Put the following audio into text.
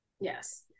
Yes